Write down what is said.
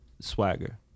swagger